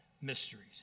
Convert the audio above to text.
mysteries